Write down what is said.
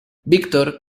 victor